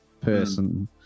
person